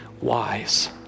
wise